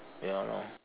ya lor